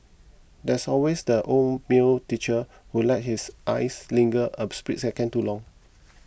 there's always that old male teacher who lets his eyes linger a split second too long